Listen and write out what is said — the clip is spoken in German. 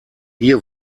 hier